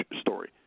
story